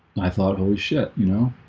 i thought holy shit, you know